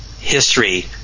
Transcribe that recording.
history